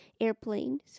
Airplanes